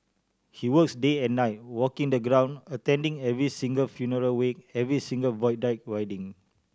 he works day and night walking the ground attending every single funeral wake every single Void Deck wedding